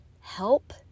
help